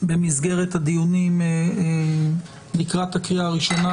במסגרת הדיונים לקראת הקריאה הראשונה,